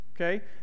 Okay